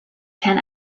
ten